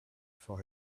for